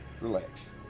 Relax